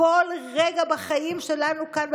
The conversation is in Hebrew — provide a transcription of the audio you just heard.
כל רגע בחיים שלנו כאן,